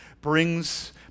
brings